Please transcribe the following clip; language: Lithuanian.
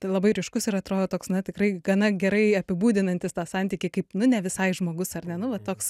labai ryškus ir atrodo toks na tikrai gana gerai apibūdinantis tą santykį kaip nu ne visai žmogus ar ne nu va toks